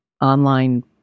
online